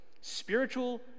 spiritual